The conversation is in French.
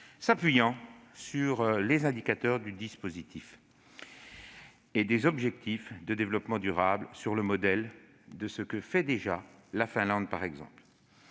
s'appuyant sur les indicateurs de suivi des objectifs de développement durable (ODD), sur le modèle de ce que fait la Finlande par exemple.